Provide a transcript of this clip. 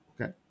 Okay